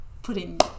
putting